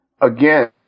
again